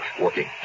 Working